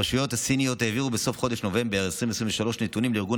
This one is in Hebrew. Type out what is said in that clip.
הרשויות הסיניות העבירו בסוף חודש נובמבר 2023 נתונים לארגון